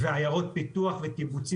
ועיירות פיתוח וקיבוצים.